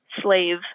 slave